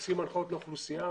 מוציאים הנחיות לאוכלוסייה.